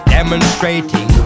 Demonstrating